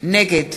נגד